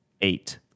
eight